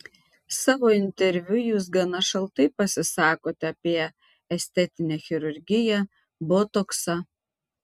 savo interviu jūs gana šaltai pasisakote apie estetinę chirurgiją botoksą